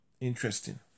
Interesting